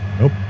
nope